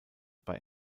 bei